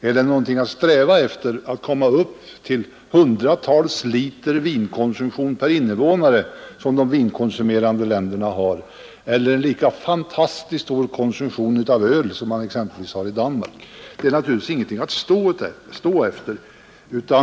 Är det någonting att sträva efter att komma upp till hundratals liters vinkomsumtion per invånare som de vinkonsumerande länderna har eller en lika fantastiskt stor konsumtion av öl som man exempelvis har i Danmark? Det är naturligtvis ingenting att stå efter.